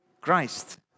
christ